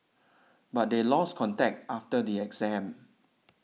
but they lost contact after the exam